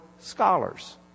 scholars